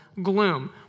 Gloom